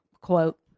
quote